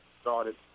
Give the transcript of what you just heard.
started